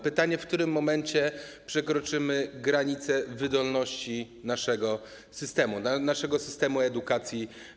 Pytanie, w którym momencie przekroczymy granicę wydolności naszego systemu, również sytemu edukacji.